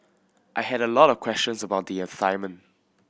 I had a lot of questions about the assignment